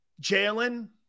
Jalen